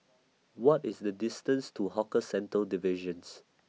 What IS The distance to Hawker Centres Division